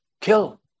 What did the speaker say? kill